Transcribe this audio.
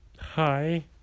Hi